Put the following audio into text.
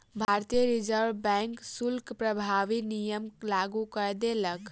भारतीय reserve bank शुल्क प्रभावी नियम लागू कय देलक